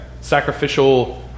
Sacrificial